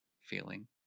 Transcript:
feeling